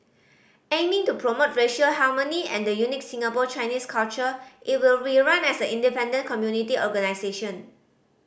aiming to promote racial harmony and the unique Singapore Chinese culture it will be run as an independent community organisation